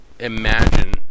imagine